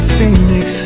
Phoenix